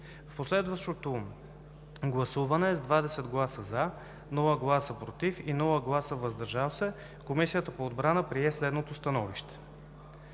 В последвалото гласуване с 20 гласа „за“, без гласове „против и „въздържал се“ Комисията по отбрана прие следното становище: